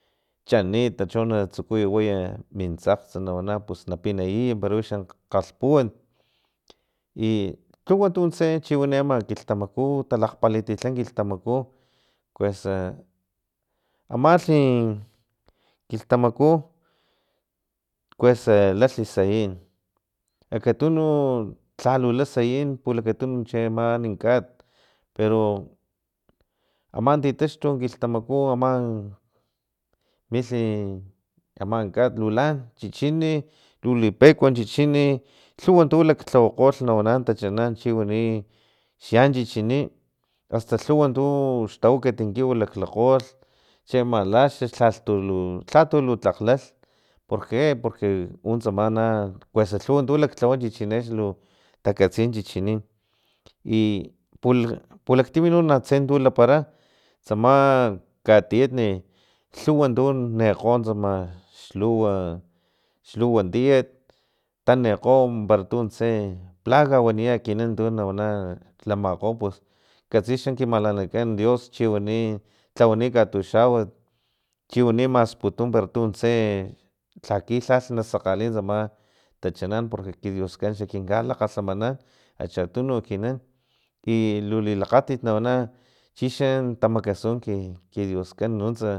Chanit chona tsukuya way min tsakgtsa nawana pus napina yiy para wixa kgalhpuant i lhuwa tuntse chiwani ama kilhtamaku talakgpalitilha kilhtamaku kuesa amalhi kilhtamaku kuesa lalhi sayin akatunu lhalula sayin pulakatunu chiama ani kat pero ama titaxtu kilhtamaku ama milhi aman kat lu lan chichini lu lipekue chichini lhuw tu laklhawakgolh nawana tachanan chiwani xyan chichini asta lhuw tux tawakat nkiw laklakgolh chiama laxux lhalhtu lu lhatu lu tlakg lalh porque porque untsama na kuesa lhuwa tu laklhawa chichini axni lu takatsila chichini i pupalktimi no tse tu lapara tsama katietni lguwa tu nekgo tsama xluwa tiet tanekgo parantun tse plaga waniya ekinan tu nawana lamakgo pus katsi xa ki malanakan dios chiwani tsawani katuxawat chiwani masputu pero tuntse laki lhalh nasakgali tsama tachanan porque ki dios kan kinka lakgalhamanan achatunu ekinan ilu lilakgatit nawana chixa tamakasu ki ki dios kan nuntsa